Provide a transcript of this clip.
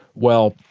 well,